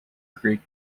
greek